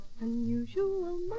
unusual